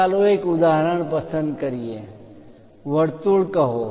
ચાલો એક ઉદાહરણ પસંદ કરીએ વર્તુળ કહો